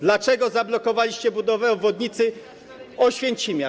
Dlaczego zablokowaliście budowę obwodnicy Oświęcimia?